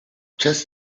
just